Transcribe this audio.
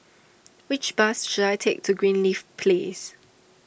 which bus should I take to Greenleaf Place